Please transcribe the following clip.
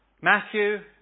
Matthew